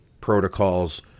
protocols